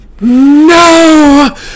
No